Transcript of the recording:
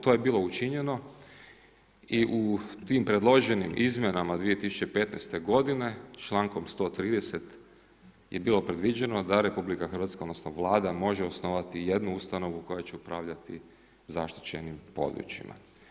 To je bilo učinjeno i u tim predloženim izmjenama 2015. godine, člankom 130. je bilo predviđeno da RH odnosno Vlada može osnivati jednu ustanovu koja će upravljati zaštićenim područjima.